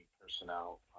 personnel